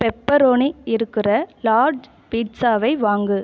pepperoni இருக்கிற large பீட்சாவை வாங்கு